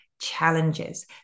challenges